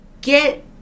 get